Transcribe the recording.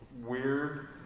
weird